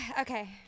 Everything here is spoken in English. okay